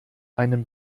einen